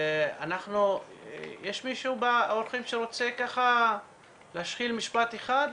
יש מישהו מהאורחים שרוצה להשחיל משפט אחד?